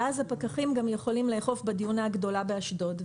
אז הפקחים גם יכולים לאכוף בדיונה הגדולה באשדוד.